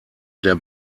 der